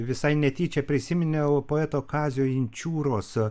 visai netyčia prisiminiau poeto kazio inčiūros